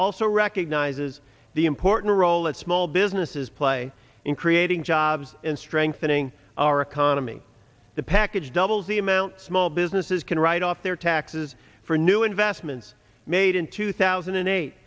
also recognizes the important role that small businesses play in creating jobs in strengthening our economy the package doubles the amount small businesses can write off their taxes for new investments made in two thousand and eight